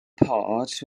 part